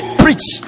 preach